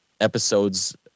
episodes